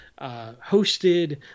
hosted –